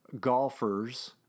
golfers